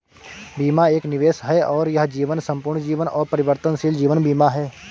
बीमा एक निवेश है और यह जीवन, संपूर्ण जीवन और परिवर्तनशील जीवन बीमा है